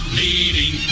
leading